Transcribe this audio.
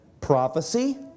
prophecy